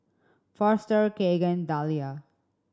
Foster Kegan Dalia